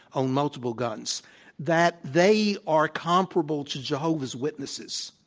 own multiple guns that they are comparable to jehovah's witnesses,